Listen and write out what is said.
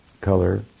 color